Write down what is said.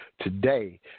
today